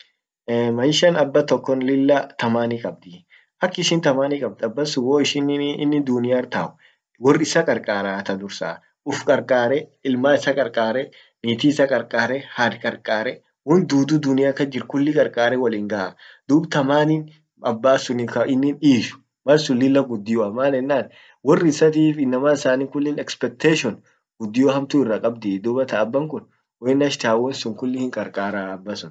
maishan abbatokon lillah thamani kabdi, akishin thamani kabd abbasun waishin inin duniar tau, wor isa qarqaraa tadursa, uf qarqare, ilman isa qarqare, ,niti isa qarqare, had qarqare, won dudu dunia kas jirt kulli qarqare ,wollin gaa, dub thamani abba kainin ishu mal sun lilla guddio maan ennan wor issif inama isani kulli expectation guddio hamtu irra qabdi dubattan abbankun woin ash taun won worr sun kulli hinqarqaraa abbasun